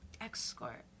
escort